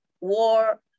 war